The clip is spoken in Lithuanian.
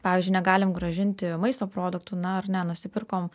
pavyzdžiui negalim grąžinti maisto produktų na ar ne nusipirkom